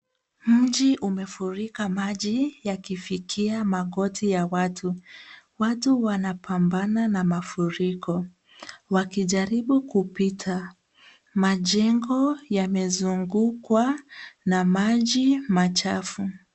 Mji umefurika maji yakifikia magoti ya watu. Watu wanapambana na mafuriko wakijaribu kupita. Majengo yamezungukwa na maji machafu.